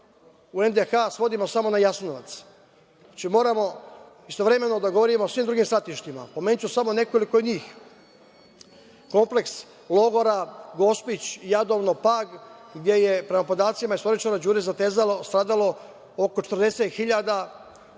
u NDH svodimo samo na Jasenovac. Znači, moramo istovremeno da govorimo o svim drugim stratištima. Pomenuću samo nekoliko njih, kompleks logora „Gospić“, „Jadovno“, „Pag“ gde je prema podacima istoričara Đure Zatezalo, stradalo oko 40 hiljada